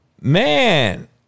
Man